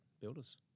builders